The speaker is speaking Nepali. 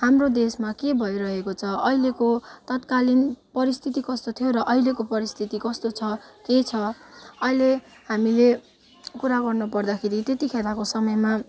हाम्रो देशमा के भइरहेको छ अहिलेको तत्कालिन परिस्थिति कस्तो थियो र अहिलेको परिस्थिति कस्तो छ के छ अहिले हामीले कुरा गर्नु पर्दाखेरि त्यति खेरको समयमा